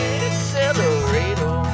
accelerator